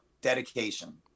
dedication